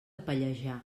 pallejà